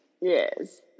Yes